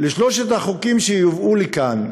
לשלושת החוקים שהובאו לכאן,